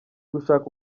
gushaka